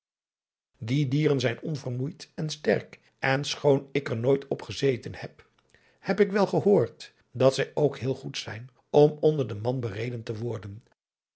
die dieren zijn onvermoeid en sterk en schoon ik er nooit op gezeten heb heb ik wel gehöord dat zij ook zeer goed zijn om onder den man bereden te worden